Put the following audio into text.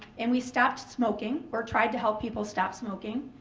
and we stopped smoking or tried to help people stop smoking